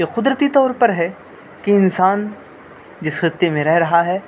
یہ قدرتی طور پر ہے کہ انسان جس خطے میں رہ رہا ہے